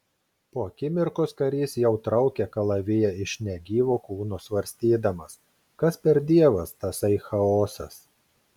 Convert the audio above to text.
po akimirkos karys jau traukė kalaviją iš negyvo kūno svarstydamas kas per dievas tasai chaosas